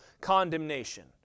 condemnation